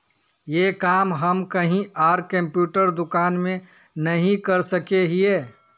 ये काम हम कहीं आर कंप्यूटर दुकान में नहीं कर सके हीये?